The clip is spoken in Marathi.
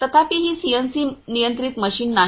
तथापि ही सीएनसी नियंत्रित मशीन नाही